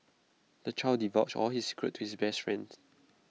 the child divulged all his secrets to his best friend